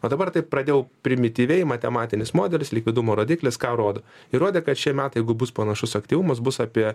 o dabar taip pradėjau primityviai matematinis modelis likvidumo rodiklis ką rodo įrodė kad šie metai jeigu bus panašus aktyvumas bus apie